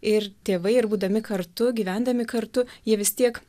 ir tėvai ir būdami kartu gyvendami kartu jie vis tiek